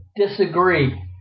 disagree